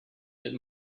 that